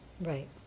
Right